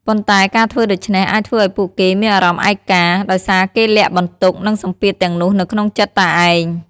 ប៉ុន្តែ ការធ្វើដូច្នេះអាចធ្វើឱ្យពួកគេមានអារម្មណ៍ឯកា ដោយសារគេលាក់បន្ទុក និងសម្ពាធទាំងនោះនៅក្នុងចិត្តតែឯង។